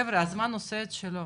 חבר'ה הזמן עושה את שלו,